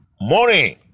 morning